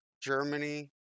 Germany